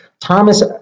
thomas